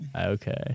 Okay